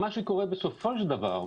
מה שקורה בסופו של דבר,